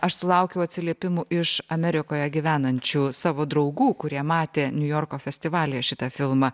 aš sulaukiau atsiliepimų iš amerikoje gyvenančių savo draugų kurie matė niujorko festivalyje šitą filmą